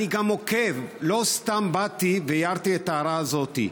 אני גם עוקב, לא סתם באתי והערתי את ההערה הזאת.